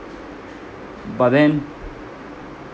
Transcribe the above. but then